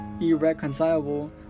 irreconcilable